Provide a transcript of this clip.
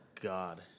God